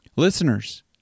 Listeners